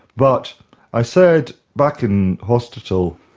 but i said back in hospital,